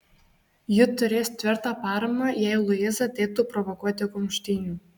ji turės tvirtą paramą jei luiza ateitų provokuoti kumštynių